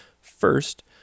First